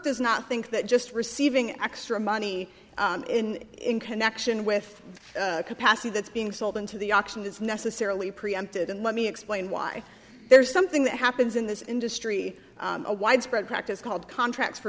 does not think that just receiving extra money in in connection with capacity that's being sold into the auction is necessarily preempted and let me explain why there's something that happens in this industry a widespread practice called contracts for